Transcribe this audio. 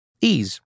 Ease